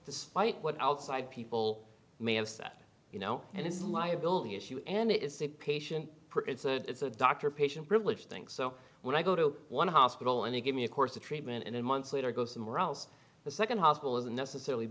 despite what outside people may have said you know and it's liability issue and it's the patient it's a it's a doctor patient privilege thing so when i go to one hospital and they give me a course of treatment and months later go somewhere else the second hospital isn't necessarily